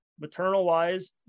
maternal-wise